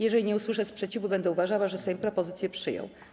Jeżeli nie usłyszę sprzeciwu, będę uważała, że Sejm propozycję przyjął.